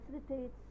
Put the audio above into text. facilitates